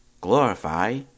glorify